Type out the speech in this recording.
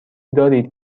دارید